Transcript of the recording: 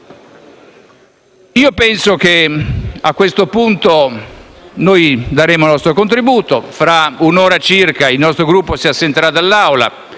Io penso che, a questo punto, noi daremo il nostro contributo. Fra un'ora circa il nostro Gruppo si assenterà dall'Aula